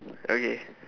okay